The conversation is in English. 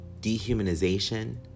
dehumanization